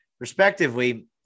Respectively